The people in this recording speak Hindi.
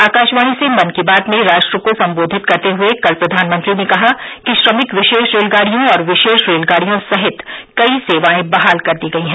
आकाशवाणी से मन की बात में राष्ट्र को संबोधित करते हुए कल प्रधानमंत्री ने कहा कि श्रमिक विशेष रेलगाड़ियों और विशेष रेलगाड़ियों सहित कई सेवाएं बहाल कर दी गई हैं